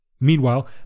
Meanwhile